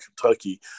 Kentucky